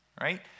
right